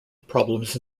problems